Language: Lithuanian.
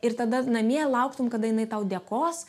ir tada namie lauktum kada jinai tau dėkos